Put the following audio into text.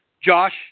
Josh